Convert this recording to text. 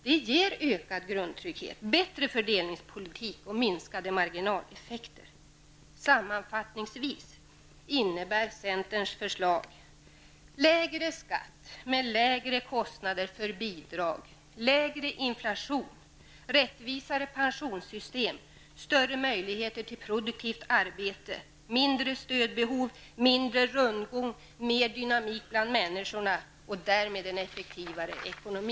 Det ger ökad grundtrygghet, bättre fördelningspolitik och minskade marginaleffekter. Sammanfattningsvis innebär centerns förslag lägre skatt med lägre kostnader för bidrag, lägre inflation, rättvisare pensionssystem, större möjligheter till produktivt arbete, mindre stödbehov, mindre rundgång, mer dynamik bland människorna och därmed en effektivare ekonomi.